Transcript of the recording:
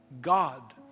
God